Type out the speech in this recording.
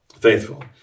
faithful